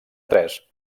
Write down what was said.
tres